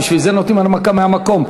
בשביל זה נותנים הנמקה מהמקום.